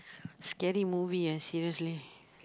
scary movie ah seriously